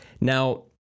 Now